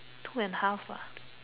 two and half ah